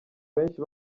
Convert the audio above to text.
benshi